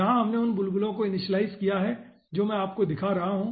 यहां हमने उन बुलबुले को इनिशियलाइज़ किया है जो मैं आपको दिखा रहा हूँ